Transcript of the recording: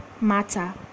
Matter